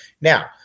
Now